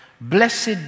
blessed